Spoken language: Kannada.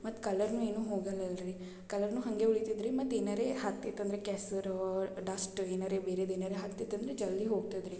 ಮತ್ತು ಕಲರ್ನು ಏನು ಹೋಗಲ್ಲ ಅಲ್ರಿ ಕಲರ್ನು ಹಾಗೆ ಉಳಿತದೆ ರೀ ಮತ್ತು ಏನಾರೆ ಹತ್ತಿತಂದರೆ ಕೆಸರು ಡಸ್ಟು ಏನಾರೆ ಬೇರೆದೇನಾರೆ ಹತ್ತಿತಂದರೆ ಜಲ್ದಿ ಹೋಗ್ತದೆ ರೀ